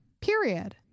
Period